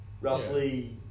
roughly